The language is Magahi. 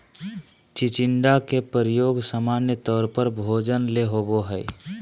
चिचिण्डा के प्रयोग सामान्य तौर पर भोजन ले होबो हइ